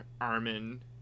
Armin